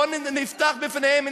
בואו נפתח בפניהם,